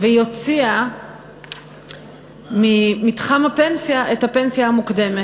היא הוציאה ממתחם הפנסיה את הפנסיה המוקדמת.